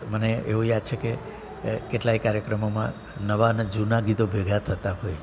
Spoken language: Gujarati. મને એવું યાદ છે કે કેટલાય કાર્યક્રમોમાં નવા અને જૂના ગીતો ભેગા થતા હોય